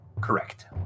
Correct